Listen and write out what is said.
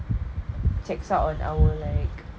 checks up on our like